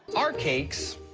our cakes.